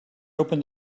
open